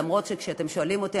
אף שאם אתם שואלים אותי,